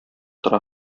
тора